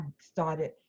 started